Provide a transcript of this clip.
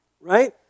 right